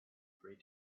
great